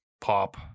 pop